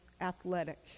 athletic